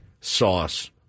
sauce